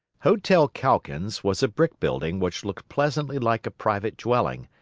hotel calkins was a brick building which looked pleasantly like a private dwelling,